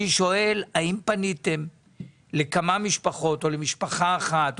אני שואל האם פניתם לכמה משפחות או למשפחה אחת,